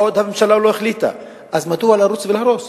והממשלה עוד לא החליטה, אז מדוע לרוץ ולהרוס?